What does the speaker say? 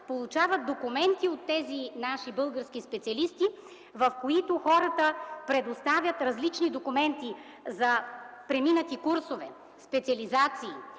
получават документи от тези наши български специалисти, в които хората предоставят различни документи за преминати курсове, специализации,